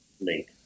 link